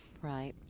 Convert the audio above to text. Right